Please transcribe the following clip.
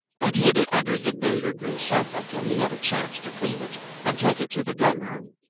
and hid it under the billiard-room sofa till he had a chance to clean it and take it to the gun-room,